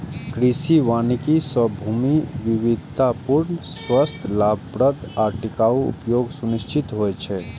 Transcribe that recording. कृषि वानिकी सं भूमिक विविधतापूर्ण, स्वस्थ, लाभप्रद आ टिकाउ उपयोग सुनिश्चित होइ छै